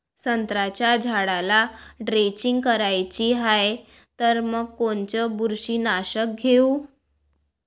संत्र्याच्या झाडाला द्रेंचींग करायची हाये तर मग कोनच बुरशीनाशक घेऊ?